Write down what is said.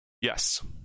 Yes